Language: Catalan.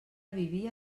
vivia